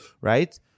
right